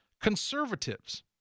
Conservatives